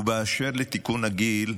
ואשר לתיקון הגיל,